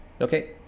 Okay